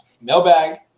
Mailbag